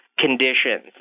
conditions